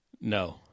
No